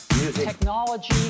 technology